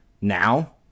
now